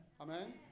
Amen